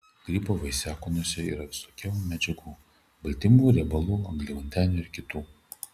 grybo vaisiakūniuose yra visokių medžiagų baltymų riebalų angliavandenių ir kitų